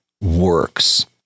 works